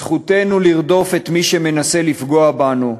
זכותנו לרדוף את מי שמנסה לפגוע בנו,